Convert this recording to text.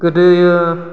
गोदोयो